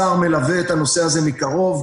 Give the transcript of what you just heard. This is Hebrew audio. השר מלווה את הנושא הזה מקרוב,